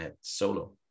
Solo